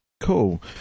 cool